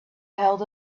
held